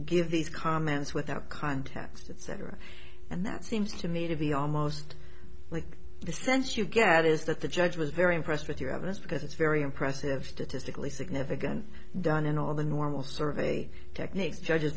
give these comments without context etc and that seems to me to be almost like the sense you get is that the judge was very impressed with your evidence because it's very impressive statistically significant down in all the normal survey techniques judges